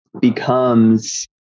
becomes